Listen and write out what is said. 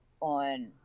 on